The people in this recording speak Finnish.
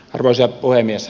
arvoisa puhemies